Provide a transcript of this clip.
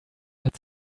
had